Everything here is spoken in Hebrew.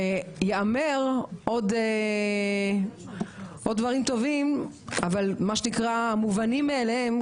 וייאמרו עוד דברים טובים אבל מובנים מאליהם,